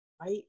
right